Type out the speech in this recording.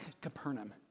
Capernaum